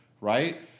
Right